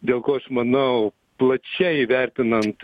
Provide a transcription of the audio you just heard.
dėl ko aš manau plačiai vertinant